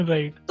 Right